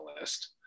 list